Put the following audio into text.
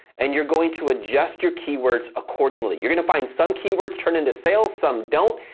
and you're going to adjust your keywords accordingly. you're gonna find some keywords turn into sales, some don't,